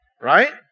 Right